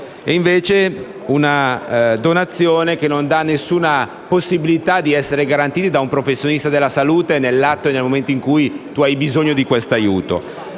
e una donazione che non dà nessuna possibilità di essere garantita da un professionista della salute, nell'atto e nel momento in cui c'è bisogno di questo aiuto.